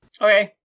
Okay